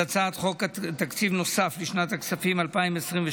את הצעת חוק תקציב נוסף לשנת הכספים 2023,